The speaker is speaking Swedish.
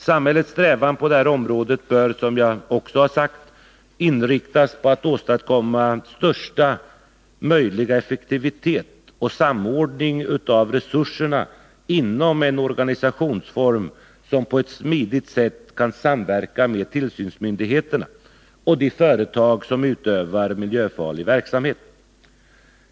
Samhällets strävan på det här området bör, som jag också har sagt, inriktas på att åstadkomma största möjliga effektivitet och samordning av resurserna inom en organisation som på ett smidigt sätt kan samverka med tillsynsmyndigheterna och de företag som utövar miljöfarlig verksamhet.